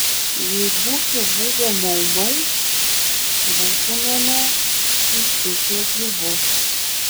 jei būtų buvę maumai būtumėme sučiupę gyvus